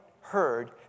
heard